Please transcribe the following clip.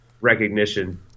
recognition